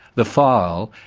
the file,